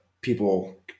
people